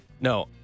No